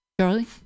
Charlie